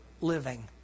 living